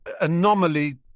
anomaly